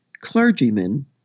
clergymen